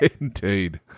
Indeed